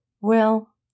Well